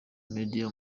media